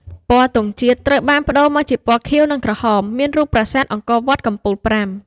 ពណ៌ទង់ជាតិត្រូវបានប្តូរមកជា ពណ៌ខៀវ និងក្រហម មានរូបប្រាសាទអង្គរវត្តកំពូលប្រាំ។